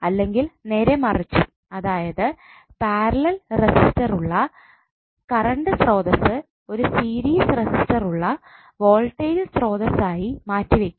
അല്ലെങ്കിൽ നേരെ മറിച്ചും അതായത് പാരലൽ റെസിസ്റ്റർ ഉള്ള കറണ്ട് സ്രോതസ്സ് ഒരു സീരീസ് റെസിസ്റ്റർ ഉള്ള വോൾട്ടേജ് സ്രോതസ്സ് ആയി മാറ്റിവയ്ക്കാം